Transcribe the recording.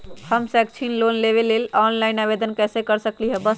हम शैक्षिक लोन लेबे लेल ऑनलाइन आवेदन कैसे कर सकली ह?